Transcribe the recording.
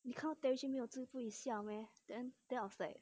你看到 therachi 没有了不会下 meh then I was like